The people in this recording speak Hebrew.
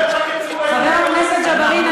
חבר הכנסת ג'בארין,